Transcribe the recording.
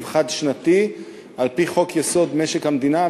חד-שנתי על-פי חוק-יסוד: משק המדינה,